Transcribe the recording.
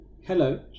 Hello